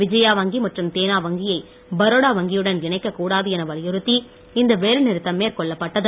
விஜயா வங்கி மற்றும் தேனா வங்கியை பரோடா வங்கியுடன் இணைக்க கூடாது என வலியுறுத்தி இந்த வேலைநிறுத்தம் மேற்கொள்ளப்பட்டது